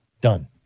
Done